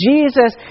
Jesus